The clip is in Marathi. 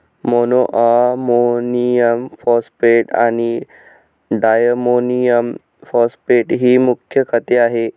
मोनोअमोनियम फॉस्फेट आणि डायमोनियम फॉस्फेट ही मुख्य खते आहेत